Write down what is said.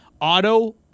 auto